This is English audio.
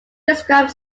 describe